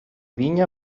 vinya